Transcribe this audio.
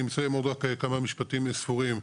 אני מסיים עוד כמה משפטים ספורים.